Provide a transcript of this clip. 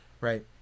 right